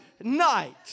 night